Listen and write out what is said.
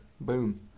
Boom